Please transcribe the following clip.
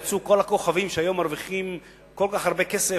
יצאו כל הכוכבים שהיום מרוויחים כל כך הרבה כסף,